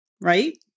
right